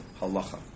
halacha